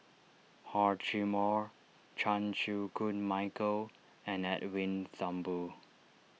Hor Chim or Chan Chew Koon Michael and Edwin Thumboo